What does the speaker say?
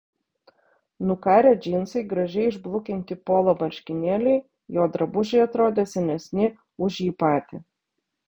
nukarę džinsai gražiai išblukinti polo marškinėliai jo drabužiai atrodė senesni už jį patį